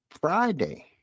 Friday